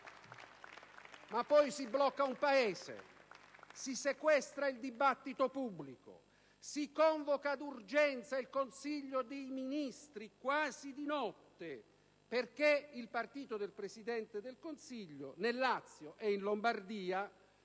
Ma poi si blocca un Paese, si sequestra il dibattito pubblico e si convoca d'urgenza il Consiglio dei ministri, quasi di notte, perché il partito del Presidente del Consiglio nel Lazio e in Lombardia